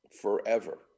forever